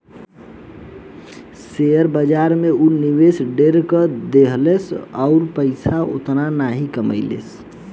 share बाजार में ऊ निवेश ढेर क देहलस अउर पइसा ओतना नइखे कमइले